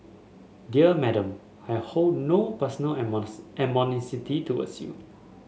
dear Madam I hold no personal animosity towards you